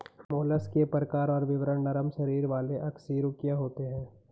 mollusc के प्रकार और विवरण नरम शरीर वाले अकशेरूकीय होते हैं